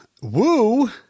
woo